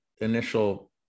initial